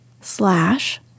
slash